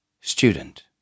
Student